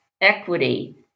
equity